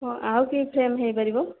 ହଁ ଆଉ କି ଫ୍ରେମ୍ ହୋଇପାରିବ